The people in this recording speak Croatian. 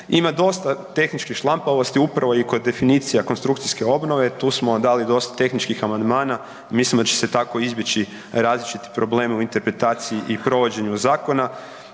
Ima dosta tehničke šlampavosti upravo i kod definicija konstrukcijske obnove, tu smo dali dosta tehničkih amandmana, mislimo da će se tako izbjeći različiti problemi u interpretaciji i provođenju zakona.